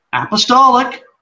Apostolic